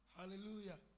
Hallelujah